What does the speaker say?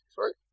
Sorry